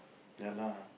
ya lah